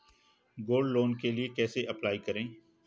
Gold loan के लिए कैसे अप्लाई करें?